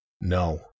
No